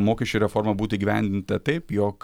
mokesčių reforma būtų įgyvendinta taip jog